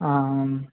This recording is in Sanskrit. आम्